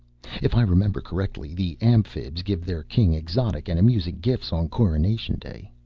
if i remember correctly, the amphibs give their king exotic and amusing gifts on coronation day.